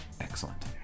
Excellent